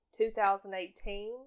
2018